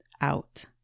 out